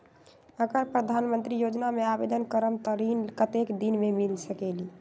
अगर प्रधानमंत्री योजना में आवेदन करम त ऋण कतेक दिन मे मिल सकेली?